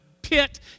pit